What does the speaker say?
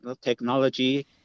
Technology